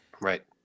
Right